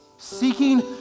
Seeking